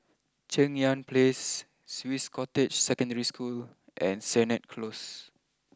Cheng Yan place Swiss Cottage Secondary School and Sennett close